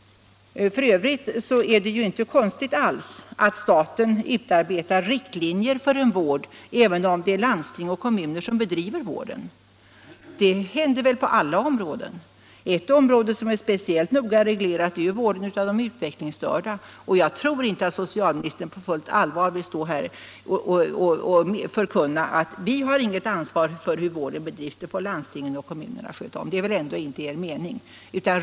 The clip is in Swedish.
F. ö. är det inte alls konstigt att statsmakterna utarbetar riktlinjer för vården även om det är landstingen och kommunerna som bedriver den. Sådant sker väl på alla områden. Ew område som är speciellt noga reglerat är vården av de utvecklingsstörda. Jag tror inte att socialministern på fullt allvar vill stå här och förkunna: Vi har inget ansvar för hur den vården bedrivs, utan den får landsting och kommuner sköta om. Det är väl ändå inte er mening?